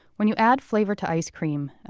when you add flavor to ice cream,